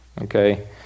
Okay